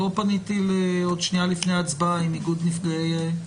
לא פניתי לאיגוד מרכזי הסיוע.